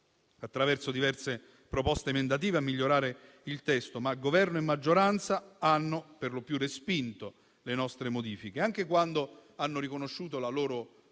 attraverso diverse proposte emendative, a migliorare il testo, ma Governo e maggioranza hanno per lo più respinto le nostre modifiche. Anche quando ne hanno riconosciuto la bontà,